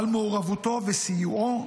על מעורבותו וסיועו,